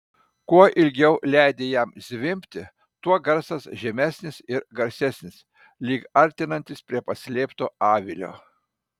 kuo ilgiau leidi jam zvimbti tuo garsas žemesnis ir garsesnis lyg artinantis prie paslėpto avilio